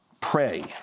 pray